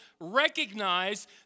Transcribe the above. recognize